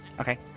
Okay